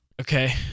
Okay